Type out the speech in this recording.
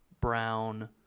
Brown